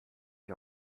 ich